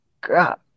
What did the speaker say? God